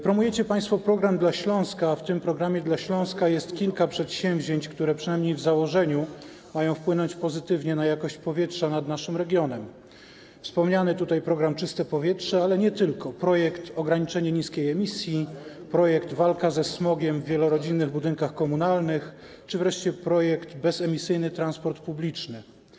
Promujecie państwo program dla Śląska, a w tym programie dla Śląska jest kilka przedsięwzięć, które przynajmniej w założeniu mają wpłynąć pozytywnie na jakość powietrza nad naszym regionem: wspomniany tutaj program „Czyste powietrze”, ale nie tylko, chodzi także o projekt o ograniczeniu niskiej emisji, projekt o walce ze smogiem w wielorodzinnych budynkach komunalnych czy wreszcie projekt: Bezemisyjny transport publiczny.